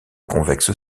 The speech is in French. convexe